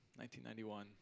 1991